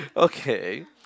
okay